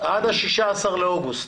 עד ה-16 באוגוסט.